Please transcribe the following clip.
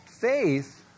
faith